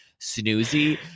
snoozy